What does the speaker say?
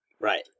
right